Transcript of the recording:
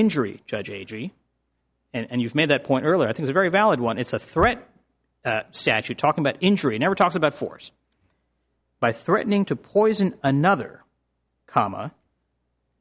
injury judge a g and you've made that point earlier i think a very valid one it's a threat statute talking about injury never talked about force by threatening to poison another comma